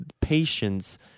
patience